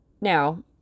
Now